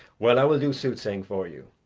well, i will do soothsaying for you.